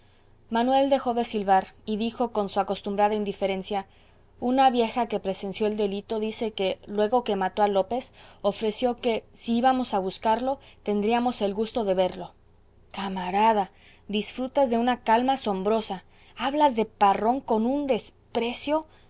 manuel dejó de silbar y dijo con su acostumbrada indiferencia una vieja que presenció el delito dice que luego que mató a lópez ofreció que si íbamos á buscarlo tendríamos el gusto de verlo camarada disfrutas de una calma asombrosa hablas de parrón con un desprecio